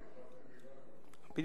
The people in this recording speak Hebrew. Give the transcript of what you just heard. שוחחתי, החלפתי מלה.